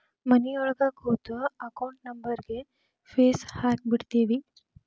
ಮನಿಯೊಳಗ ಕೂತು ಅಕೌಂಟ್ ನಂಬರ್ಗ್ ಫೇಸ್ ಹಾಕಿಬಿಡ್ತಿವಿ